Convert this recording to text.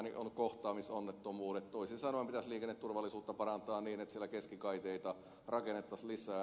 toisin sanoen pitäisi liikenneturvallisuutta parantaa niin että keskikaiteita rakennettaisiin lisää